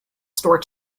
store